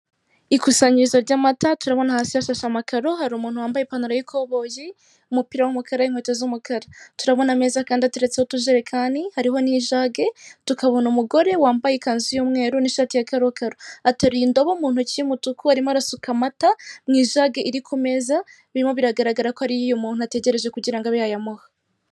Ikusanyirizo ry'amata, turabona hasi hashashe amakaro, hari umuntu wambaye ipantaro y'ikoboyi, umupira w'umukara, inkweto z'umukara. Turabona ameza kandi ateretseho utujerekani, hariho n'ijage, tukabona umugore wambaye ikanzu y'umweru n'ishati ya karokaro. Ateruye indobo mu ntoki y'umutuku, arimo arasuka amata mu ijage iri ku meza, birimo biragaragara ko ari iy'uy'umuntu ategereje kugira ngo abe yayamuha.